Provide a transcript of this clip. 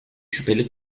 şüpheli